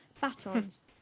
batons